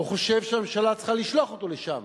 או חושב שהממשלה צריכה לשלוח אותו לשם,